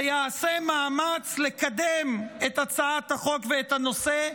שיעשה מאמץ לקדם את הצעת החוק ואת הנושא,